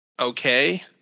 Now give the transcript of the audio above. Okay